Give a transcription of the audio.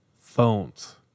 Phones